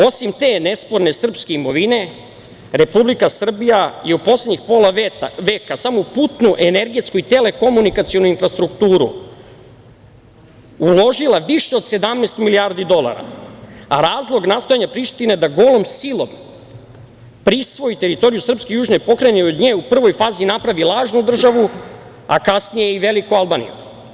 Osim te nesporne srpske imovine, Republika Srbija je u poslednjih pola veka samo u putnu, energetsku i telekomunikacionu infrastrukturu uložila više od 17 milijardi dolara, a razlog nastojanja Prištine da golom silom prisvoji teritoriju srpske južne pokrajine i od nje u prvoj fazi napravi lažnu državu, a kasnije i veliku Albaniju.